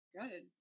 Good